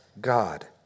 God